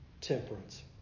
Temperance